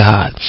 God